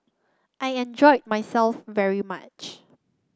I enjoyed myself very much